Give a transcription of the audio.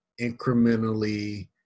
incrementally